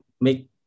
make